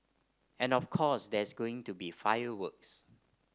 and of course there's going to be fireworks